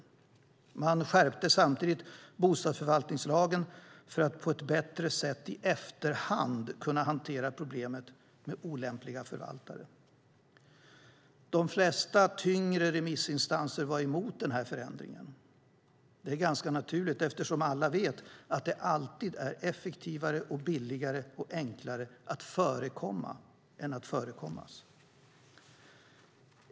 Samtidigt skärpte man bostadsförvaltningslagen för att på ett bättre sätt i efterhand kunna hantera problemet med olämpliga förvaltare. De flesta tyngre remissinstanser var emot den förändringen. Det är ganska naturligt eftersom alla vet att det alltid är effektivare, billigare och enklare att förekomma än att förekommas.